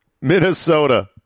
Minnesota